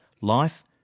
life